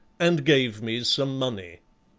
and gave me some money.